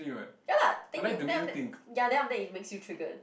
ya lah then you after that ya then after that it makes you triggered